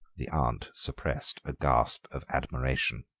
the aunt suppressed a gasp of admiration.